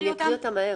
אני אקריא אותם מהר.